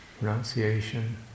pronunciation